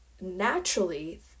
naturally